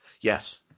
Yes